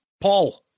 Paul